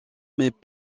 mais